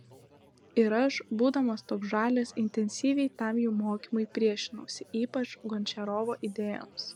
ir aš būdamas toks žalias intensyviai tam jų mokymui priešinausi ypač gončiarovo idėjoms